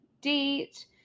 date